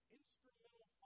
instrumental